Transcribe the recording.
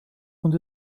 und